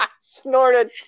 snorted